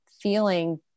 feeling